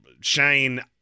Shane